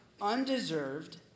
Undeserved